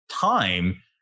time